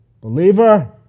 believer